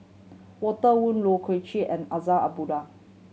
Walter Woon Leu Yew Chye and Abdullah